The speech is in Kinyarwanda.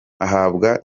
ahabwa